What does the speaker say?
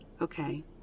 Okay